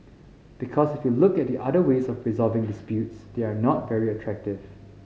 because if you look at the other ways of resolving disputes they are not very attractive